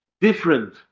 Different